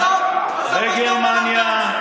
בגרמניה,